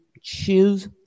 choose